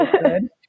good